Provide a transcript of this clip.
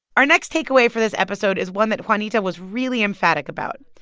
our next takeaway for this episode is one that juanita was really emphatic about.